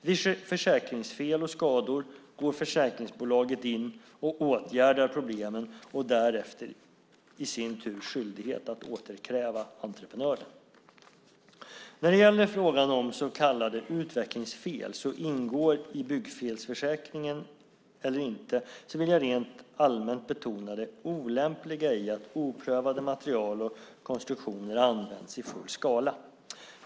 Vid försäkringsfel och skador går försäkringsbolaget in och åtgärdar problemen och har därefter i sin tur skyldighet att återkräva entreprenören. När det gäller frågan om så kallade utvecklingsfel ska ingå i byggfelsförsäkringen eller inte vill jag rent allmänt betona det olämpliga i att obeprövade material och konstruktioner används i full skala.